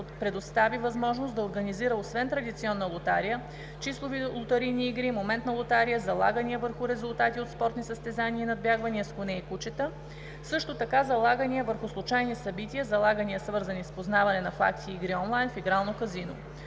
предостави възможност да организира освен традиционна лотария, числови лотарийни игри, моментна лотария, залагания върху резултати от спортни състезания и надбягвания с коне и кучета, също така залагания върху случайни събития, залагания, свързани с познаване на факти и игри онлайн в игрално казино.